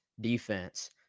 defense